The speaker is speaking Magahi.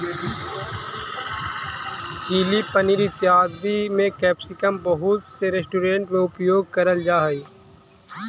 चिली पनीर इत्यादि में कैप्सिकम बहुत से रेस्टोरेंट में उपयोग करल जा हई